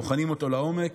בוחנים אותו לעומק,